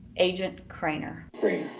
agent craner.